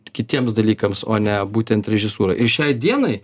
kitiems dalykams o ne būtent režisūrai ir šiai dienai